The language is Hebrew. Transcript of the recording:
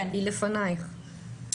היא לפנייך.